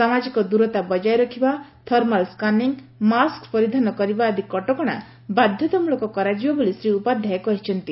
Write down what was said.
ସାମାଜିକ ଦୂରତା ବଜାୟ ରଖିବା ଥର୍ମାଲ୍ ସ୍କାନିଂ ମାସ୍କ ପରିଧାନ କରିବା ଆଦି କଟକଶା ବାଧତାମୂଳକ କରାଯିବ ବୋଲି ଶ୍ରୀ ଉପାଧାୟ କହିଛନ୍ତି